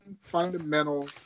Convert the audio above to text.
fundamental